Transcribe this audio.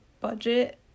budget